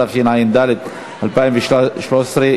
התשע"ד 2013,